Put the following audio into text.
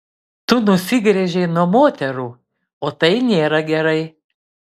tu nusigręžei nuo moterų o tai nėra gerai